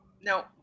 No